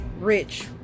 Rich